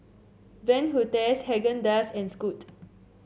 Van Houten Haagen Dazs and Scoot